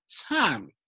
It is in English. time